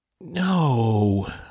no